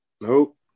nope